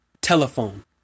telephone